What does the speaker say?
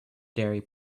diary